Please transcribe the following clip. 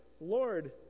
Lord